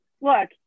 look